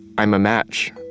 i'm a match.